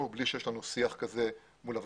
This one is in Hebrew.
בלי שיש לנו שיח כזה מול המפגינים.